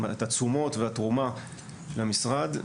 את התשומות והתרומה למשרד,